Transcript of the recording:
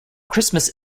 christmas